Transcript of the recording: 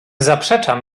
zaprzeczam